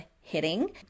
hitting